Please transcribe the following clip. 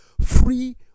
free